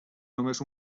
només